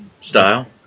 style